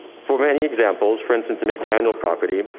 for many examples, for instance, the mcdaniel property,